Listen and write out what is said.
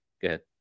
good